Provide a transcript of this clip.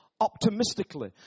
optimistically